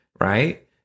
right